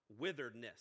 witheredness